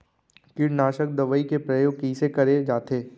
कीटनाशक दवई के प्रयोग कइसे करे जाथे?